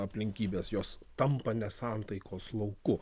aplinkybės jos tampa nesantaikos lauku